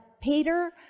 Peter